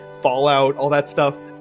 fall out, all that stuff.